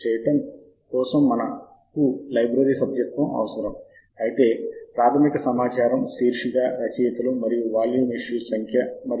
కాబట్టి మీరు దానిని చూడవచ్చు ముఖ్యంగా మా సాహిత్య సమాచారము వ్యత్యాస క్షేత్రాలతో బాగా వ్యవస్థీకృతమైన సమాచారము మరియు దానిని కలపవచ్చు ఎందుకంటే ఇది స్వచ్ఛమైన వచన ఆకృతి